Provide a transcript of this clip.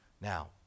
Now